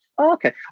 Okay